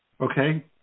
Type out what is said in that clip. Okay